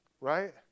Right